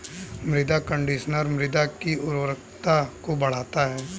मृदा कंडीशनर मृदा की उर्वरता को बढ़ाता है